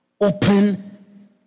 open